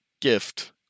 gift